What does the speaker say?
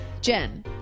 Jen